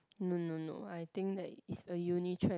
no no no I think that it's a uni trend